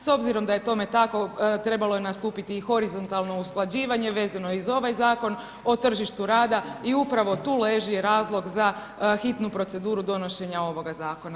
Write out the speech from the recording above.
S obzirom da je tome tako, trebalo je nastupiti i horizontalno usklađivanje vezano i uz ovaj Zakon o tržištu rada i upravo tu leži razlog za hitnu proceduru donošenja ovoga zakona.